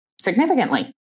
significantly